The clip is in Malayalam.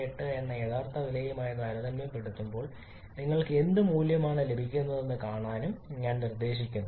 28 എന്ന യഥാർത്ഥ വിലയുമായി താരതമ്യപ്പെടുത്തുമ്പോൾ നിങ്ങൾക്ക് എന്ത് മൂല്യമാണ് ലഭിക്കുന്നതെന്ന് കാണാനും ഞാൻ നിർദ്ദേശിക്കുന്നു